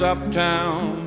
Uptown